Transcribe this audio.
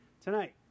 tonight